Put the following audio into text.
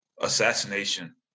assassination